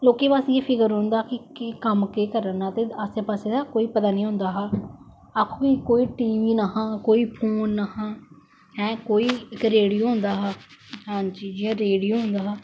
लोके बस इये फिकर रौंहदा हा कि कम केह् करना ते आस्से पास्से दा कोई पता नेई होंदा हा आक्खो कुसे कोल टीवी नेईं हा कोई फोन नेई हा है कोई इक रैडियो होंदा हा हंजी जियां रैडियो होंदा हा